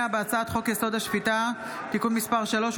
(תיקון, דחיית תשלום משכנתה למשרת מילואים),